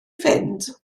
fynd